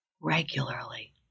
Regularly